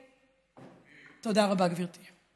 תודה רבה, גברתי.